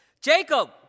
Jacob